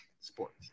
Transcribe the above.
sports